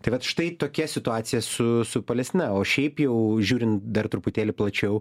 tai vat štai tokia situacija su su palestina o šiaip jau žiūrint dar truputėlį plačiau